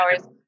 hours